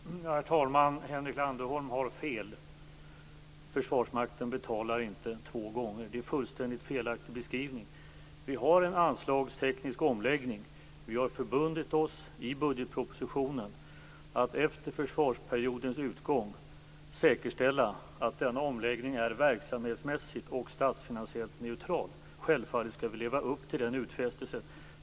Herr talman! Henrik Landerholm har fel. Försvarsmakten betalar inte två gånger. Det är en fullständigt felaktig beskrivning. Vi har en anslagsteknisk omläggning. Vi har förbundit oss i budgetpropositionen att efter försvarsperiodens utgång säkerställa att denna omläggning är verksamhetsmässigt och statsfinansiellt neutral. Självfallet skall vi leva upp till den utfästelsen.